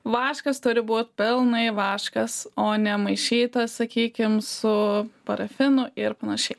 vaškas turi būt pilnai vaškas o ne maišytas sakykim su parafinu ir panašiai